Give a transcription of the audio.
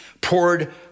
poured